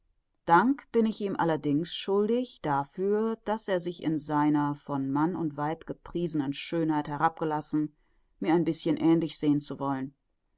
dank bin ich ihm allerdings schuldig dafür daß er sich in seiner von mann und weib gepriesenen schönheit herabgelassen mir ein bißchen ähnlich sehen zu wollen